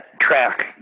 track